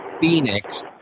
Phoenix